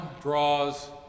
draws